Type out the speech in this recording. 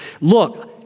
look